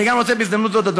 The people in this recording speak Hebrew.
אני גם רוצה בהזדמנות זו,